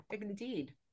indeed